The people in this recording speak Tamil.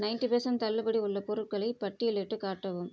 நைன்ட்டி பர்ஸன்ட் தள்ளுபடி உள்ள பொருட்களை பட்டியலிட்டுக் காட்டவும்